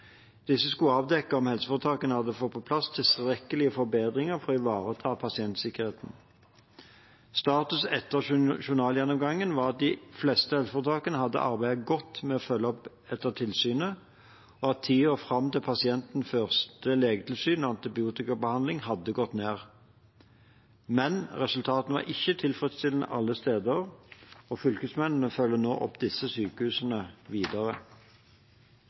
Disse skulle avdekke om helseforetakene hadde fått på plass tilstrekkelige forbedringer for å ivareta pasientsikkerheten. Status etter journalgjennomgangen var at de fleste helseforetakene hadde arbeidet godt med å følge opp etter tilsynet, og at tiden fram til pasientens første legetilsyn og antibiotikabehandling hadde gått ned. Men resultatene var ikke tilfredsstillende alle steder, og fylkesmennene følger nå opp disse sykehusene videre.